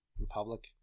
Republic